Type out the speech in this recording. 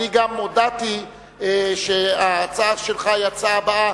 אני גם הודעתי שההצעה שלך היא ההצעה הבאה